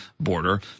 border